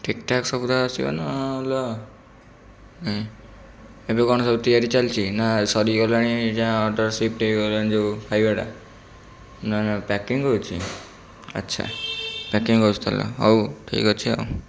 ଠିକ ଠାକ୍ ସବୁ ଯାକ ଆସିବ ନା ଅଲଗା ଏବେ କ'ଣ ସବୁ ତିଆରି ଚାଲିଛି ନା ସରିଗଲାଣି ଯାହା ଅର୍ଡ଼ର ସିଫ୍ଟ ହେଇଗଲାଣି ଯେଉଁ ଖାଇବାଟା ନା ନା ପ୍ୟାକିଙ୍ଗ ହେଉଛି ଆଚ୍ଛା ପ୍ୟାକିଙ୍ଗ ହେଉଛି ତା'ହେଲେ ହଉ ଠିକ ଅଛି ଆଉ